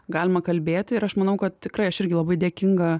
galima kalbėti ir aš manau kad tikrai aš irgi labai dėkinga